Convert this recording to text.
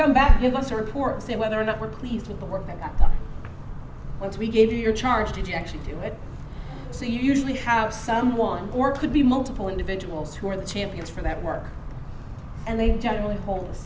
come back give us a report say whether or not we're pleased with the work that once we give you your charge to actually do it so you usually have someone or could be multiple individuals who are the champions for that work and they generally